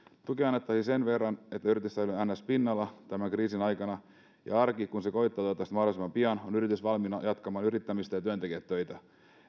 annettaisiin sen verran että yritys säilyy niin sanottu pinnalla tämän kriisin aikana ja kun arki koittaa toivottavasti mahdollisimman pian on yritys valmiina jatkamaan yrittämistä ja työntekijät töitä ei